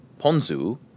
ponzu